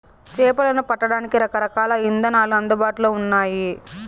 చేపలను పట్టడానికి రకరకాల ఇదానాలు అందుబాటులో ఉన్నయి